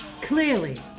Clearly